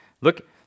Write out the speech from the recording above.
Look